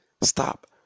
Stop